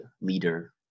leader